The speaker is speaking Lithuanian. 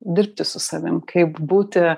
dirbti su savim kaip būti